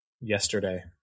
yesterday